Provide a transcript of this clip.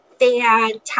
Fantastic